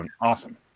Awesome